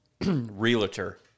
realtor